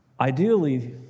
Ideally